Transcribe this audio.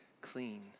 clean